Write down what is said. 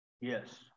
Yes